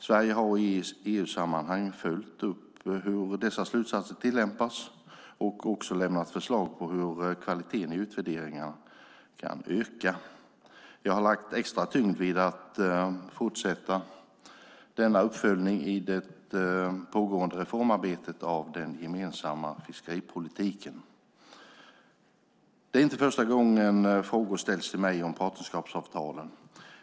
Sverige har i EU-sammanhang följt upp hur dessa slutsatser tillämpats och också lämnat förslag på hur kvaliteten i utvärderingarna kan öka. Jag har lagt extra tyngd vid att fortsätta denna uppföljning i det pågående reformarbetet av den gemensamma fiskeripolitiken. Det är inte första gången frågor ställs till mig om partnerskapsavtalen.